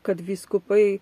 kad vyskupai